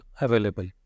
available